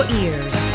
ears